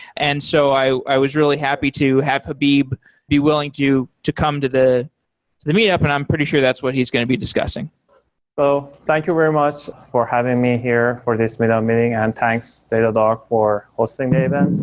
and so i i was really happy to have habib be willing to to come to the the meetup and i'm pretty sure that's what he's going to be discussing hello. thank you very much for have me here for this meetup meeting and thanks datadog for hosting the event.